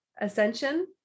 ascension